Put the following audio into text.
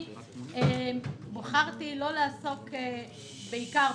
אני בחרתי לא לעסוק בעיקר,